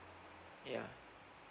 yeah